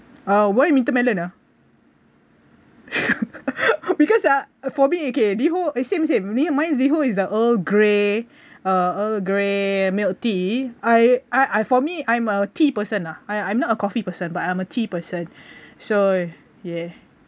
uh why winter melon ah because you are for me okay Liho same same ya mine Liho is the earl grey uh earl grey milk tea I I I for me I'm a tea person lah I I'm not a coffee person but I'm a tea person so ya